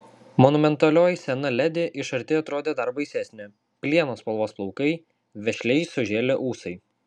monumentalioji sena ledi iš arti atrodė dar baisesnė plieno spalvos plaukai vešliai sužėlę ūsai